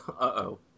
Uh-oh